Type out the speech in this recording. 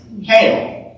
hail